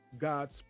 God's